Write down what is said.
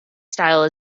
style